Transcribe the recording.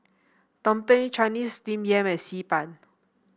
tumpeng Chinese Steamed Yam and Xi Ban